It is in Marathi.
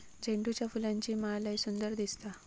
झेंडूच्या फुलांची माळ लय सुंदर दिसता